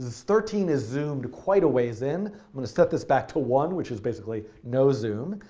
thirteen is zoomed quite a ways in. i'm going to set this back to one, which is basically no zoom.